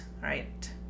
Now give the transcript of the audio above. right